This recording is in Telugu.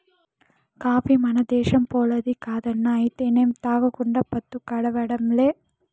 కాఫీ మన దేశంపోల్లది కాదన్నా అయితేనేం తాగకుండా పద్దు గడవడంలే